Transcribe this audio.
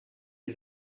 des